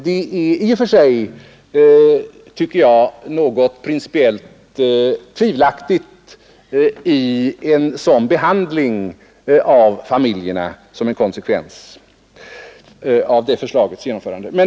Det är i och för sig något principiellt tvivelaktigt om en sådan behandling av familjerna skulle bli en konsekvens av förslagets genomförande.